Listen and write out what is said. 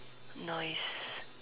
nice